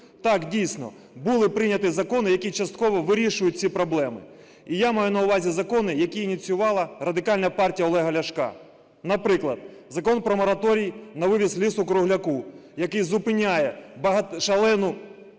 Так, дійсно, були прийняті закони, які частково вирішують ці проблеми. І я маю на увазі закони, які ініціювали Радикальна партія Олега Ляшка. Наприклад, Закон про мораторій на вивіз лісу-кругляка, який зупиняє шалену